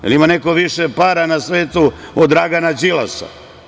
Jel ima neko više para na svetu od Dragana Đilasa?